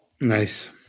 nice